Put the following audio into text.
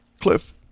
Cliff